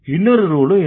இன்னொரு ரூலும் இருக்கு